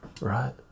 right